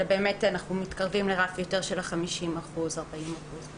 אלא באמת אנחנו מתקרבים לרף יותר של ה-40% 50%. תודה.